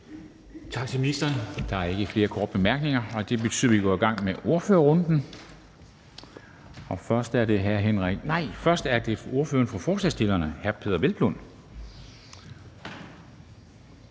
Tak til ministeren. Der er ikke flere korte bemærkninger. Det betyder, at vi går i gang med ordførerrunden. Først er det ordføreren for forslagsstillerne, hr. Peder Hvelplund,